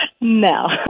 No